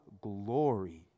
glory